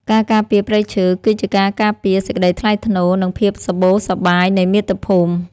ការការពារព្រៃឈើគឺជាការការពារសេចក្តីថ្លៃថ្នូរនិងភាពសម្បូរសប្បាយនៃមាតុភូមិ។ការការពារព្រៃឈើគឺជាការការពារសេចក្តីថ្លៃថ្នូរនិងភាពសម្បូរសប្បាយនៃមាតុភូមិ។